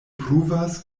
pruvas